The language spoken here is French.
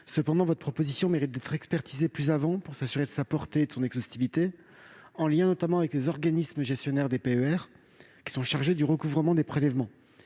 Cependant, votre proposition mérite d'être expertisée plus avant, pour s'assurer de sa portée et de son exhaustivité, en lien notamment avec les organismes gestionnaires des PER, qui sont chargés du recouvrement des prélèvements.